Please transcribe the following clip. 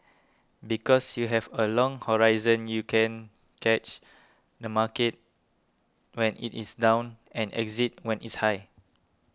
because you have a long horizon you can catch the market when it is down and exit when it's high